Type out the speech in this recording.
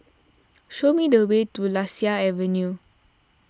show me the way to Lasia Avenue